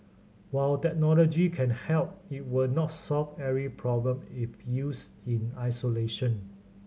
while technology can help it will not solve every problem if used in isolation